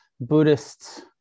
Buddhist